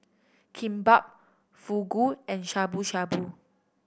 Kimbap Fugu and Shabu Shabu